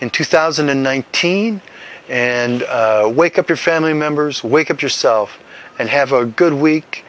in two thousand and nineteen and wake up your family members wake up yourself and have a good week